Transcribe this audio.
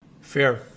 Fair